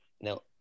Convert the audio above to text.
Now